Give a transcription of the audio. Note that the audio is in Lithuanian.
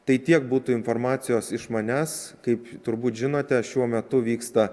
tai tiek būtų informacijos iš manęs kaip turbūt žinote šiuo metu vyksta